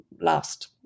last